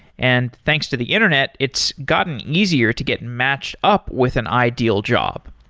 and thanks to the internet it's gotten easier to get matched up with an ideal job.